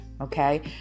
okay